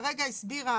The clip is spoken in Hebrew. היא כרגע הציעה